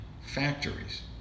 factories